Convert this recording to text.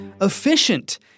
efficient